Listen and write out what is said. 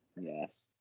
yes